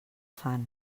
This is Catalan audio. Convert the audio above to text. fan